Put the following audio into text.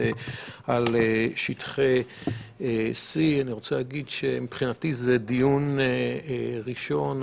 על שטחי C. אני רוצה להגיד שמבחינתי זה דיון ראשון.